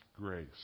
grace